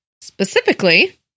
Specifically